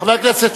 חבר הכנסת